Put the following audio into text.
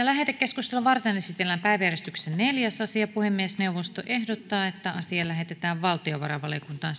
lähetekeskustelua varten esitellään päiväjärjestyksen neljäs asia puhemiesneuvosto ehdottaa että asia lähetetään valtiovarainvaliokuntaan